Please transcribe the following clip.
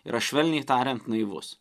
yra švelniai tariant naivus